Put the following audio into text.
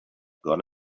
gone